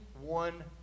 one